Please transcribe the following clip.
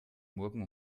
morgen